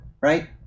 right